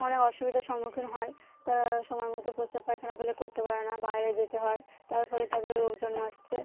অনেক অসুবিধার সম্মুখীন হয় তারা সময় মতো প্রস্রাব পায়খানা পেলে করতে পারে না বাইরে যেতে হয় তার ফলে তাদের রোগ জন্মাচ্ছে